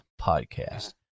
Podcast